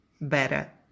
better